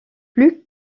plus